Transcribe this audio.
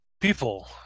people